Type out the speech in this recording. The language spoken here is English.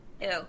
Ew